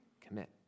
commit